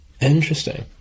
Interesting